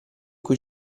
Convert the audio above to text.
cui